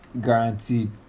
guaranteed